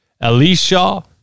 Elisha